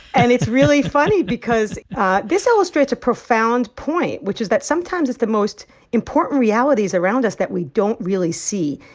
and it's really funny because this illustrates a profound point, which is that, sometimes, it's the most important realities around us that we don't really see.